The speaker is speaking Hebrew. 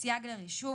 סייג לרישום.